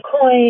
coin